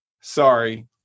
Sorry